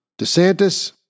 DeSantis